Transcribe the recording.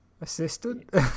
Assistant